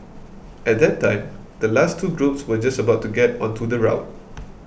at that time the last two groups were just about to get onto the route